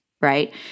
right